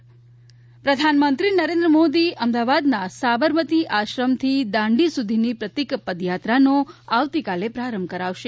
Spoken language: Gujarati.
આઝાદી અમૃત પ્રધાનમંત્રી નરેન્દ્ર મોદી અમદાવાદના સાબરમતી આશ્રમથી દાંડી સુધીની પ્રતીક પદયાત્રાનો આવતીકાલે પ્રારંભ કરાવશે